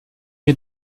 mir